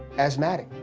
asthmatic.